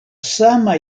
sama